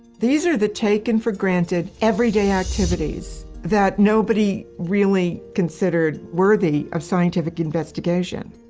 these are the taken for granted, everyday activities that nobody really considered worthy of scientific investigation.